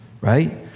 right